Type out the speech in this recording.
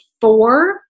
four